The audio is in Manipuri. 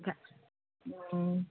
ꯎꯝ